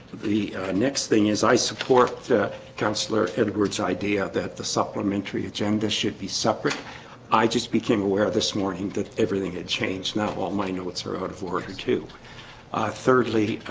the next thing is i support councillor edwards idea that the supplementary agenda should be separate i just became aware this morning that everything had changed not all my notes are out of order two thirdly